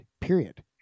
period